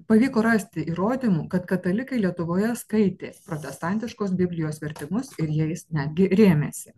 pavyko rasti įrodymų kad katalikai lietuvoje skaitė protestantiškos biblijos vertimus ir jais netgi rėmėsi